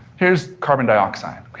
here's carbon dioxide,